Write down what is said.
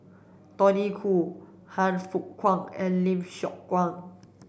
Tony Khoo Han Fook Kwang and Lim Siong Guan